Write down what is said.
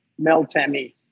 meltemi